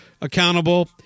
accountable